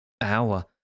hour